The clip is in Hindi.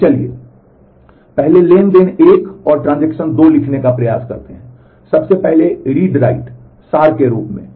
तो चलिए पहले ट्रांज़ैक्शन 1 और ट्रांजेक्शन 2 लिखने का प्रयास करते हैं सबसे पहले read write सार के रूप में